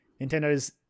Nintendo's